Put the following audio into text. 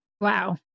Wow